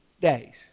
days